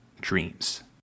dreams